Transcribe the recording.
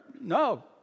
No